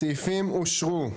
הסעיפים אושרו.